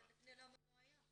אבל לפני למה לא היה?